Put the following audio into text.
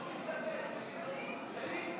אינה משתתפת בהצבעה דני דנון,